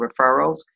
referrals